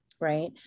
right